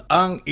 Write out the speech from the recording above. ang